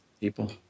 People